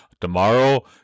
Tomorrow